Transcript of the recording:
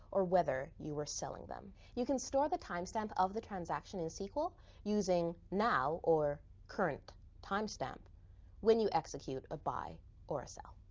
or whether you were selling them. you can store the timestamp of the transaction in sql using now or current time stamp when you execute a buy or a sell.